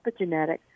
epigenetic